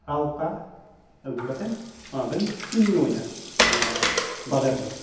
ᱟᱞᱛᱟ ᱟᱹᱜᱩ ᱠᱟᱛᱮᱫ ᱚᱱᱟᱫᱚᱧ ᱪᱤᱱᱱᱚᱭᱟ ᱚᱱᱟ ᱵᱟᱵᱮᱨᱫᱚ